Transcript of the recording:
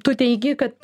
tu teigi kad